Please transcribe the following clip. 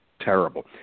terrible